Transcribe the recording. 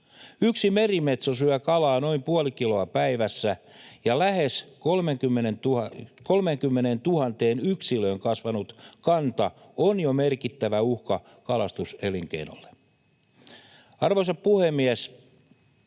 Yksi merimetso syö kalaa noin puoli kiloa päivässä, ja lähes 30 000 yksilöön kasvanut kanta on jo merkittävä uhka kalastuselinkeinolle. Arvoisa puhemies!